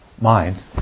mind